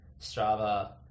Strava